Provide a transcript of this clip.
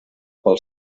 pel